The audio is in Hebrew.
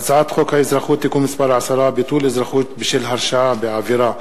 הצעת חוק האזרחות (תיקון מס' 10) (ביטול אזרחות בשל הרשעה בעבירה),